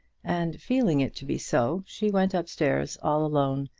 and feeling it to be so, she went up-stairs, all alone,